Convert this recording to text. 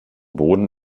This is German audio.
boden